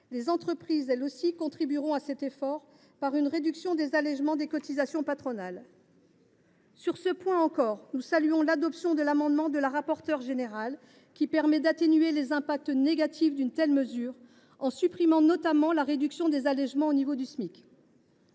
les entreprises contribueront elles aussi à l’effort une réduction des allégements de cotisations patronales. Sur ce point, nous saluons l’adoption de l’amendement de la rapporteure générale visant à atténuer les effets négatifs de la mesure, en supprimant notamment la réduction des allégements au niveau du Smic.